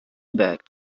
back